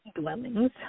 dwellings